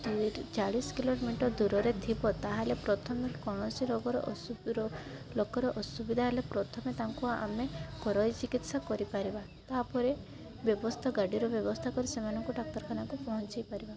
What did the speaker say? ଚାଳିଶ କିଲୋମିଟର ଦୂରରେ ଥିବ ତା'ହେଲେ ପ୍ରଥମେ କୌଣସି ରୋଗର ଲୋକର ଅସୁବିଧା ହେଲେ ପ୍ରଥମେ ତାଙ୍କୁ ଆମେ ଘରୋଇ ଚିକିତ୍ସା କରିପାରିବା ତା'ପରେ ବ୍ୟବସ୍ଥା ଗାଡ଼ିର ବ୍ୟବସ୍ଥା କରି ସେମାନଙ୍କୁ ଡ଼ାକ୍ତରଖାନାକୁ ପହଞ୍ଚାଇପାରିବା